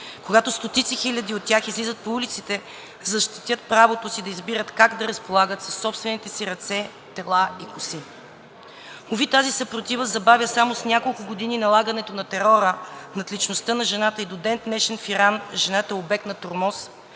когато стотици хиляди от тях излизат по улиците да защитят правото си да избират как да разполагат със собствените си ръце, тела и коси. Уви, тази съпротива забавя само с няколко години налагането на терора над личността на жената и до ден днешен в Иран жената е обект на тормоз,